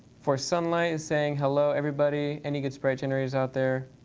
forsunlight saying hello, everybody. any good sprite generators out there?